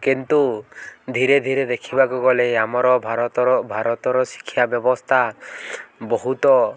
କିନ୍ତୁ ଧୀରେ ଧୀରେ ଦେଖିବାକୁ ଗଲେ ଆମର ଭାରତର ଭାରତର ଶିକ୍ଷା ବ୍ୟବସ୍ଥା ବହୁତ